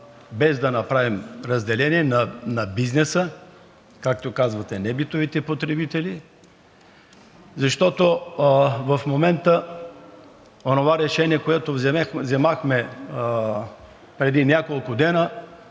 без да направим разделение на бизнеса, както казвате, небитовите потребители, защото в момента онова решение, което взехме преди няколко дни